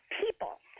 people